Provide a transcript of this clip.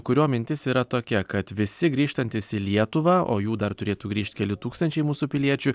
kurio mintis yra tokia kad visi grįžtantys į lietuvą o jų dar turėtų grįžt keli tūkstančiai mūsų piliečių